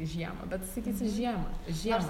žiemą bet sakysi žiemą žiemą